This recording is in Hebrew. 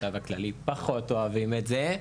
החשב הכללי פחות אוהבים את זה,